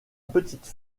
petite